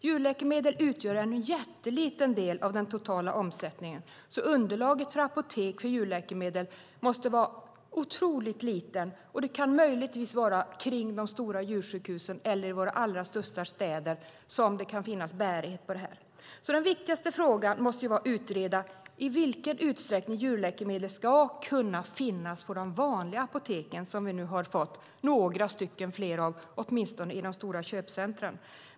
Djurläkemedel utgör en pytteliten del av den totala omsättningen, så underlaget för apotek enbart för djurläkemedel måste vara litet. Möjligtvis kan det bära sig vid de stora djursjukhusen eller i de allra största städerna. Den viktigaste frågan att utreda måste vara i vilken utsträckning djurläkemedel ska finnas på vanliga apotek - som vi har fått några stycken fler av, åtminstone i de stora köpcentrumen.